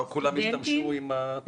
לא כולם השתמשו עם התוכנה המסוימת?